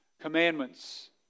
commandments